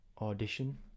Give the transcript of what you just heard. Audition